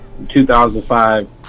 2005